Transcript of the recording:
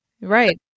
Right